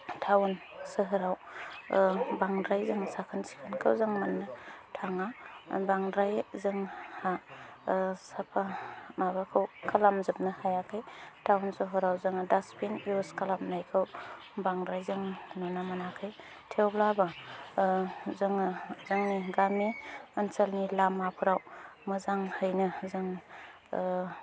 town सोहोराव बांद्राय जों साखोन सिखोनखौ जों मोननो थाङा बांद्राय जोंहा साफा माबाखौ खालामजोबनो हायाखै टाउन सहराव जोङो डास्टबिन इउज खालामनायखौ बांद्राय जों नुनो मोनाखै थेवब्लाबो जोङो जोंनि गामि ओनसोलनि लामाफोराव मोजाङैनो जों